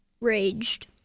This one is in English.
raged